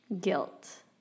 guilt